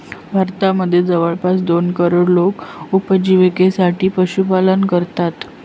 भारतामध्ये जवळपास दोन करोड लोक उपजिविकेसाठी पशुपालन करतात